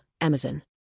Amazon